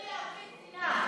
להפיץ שנאה.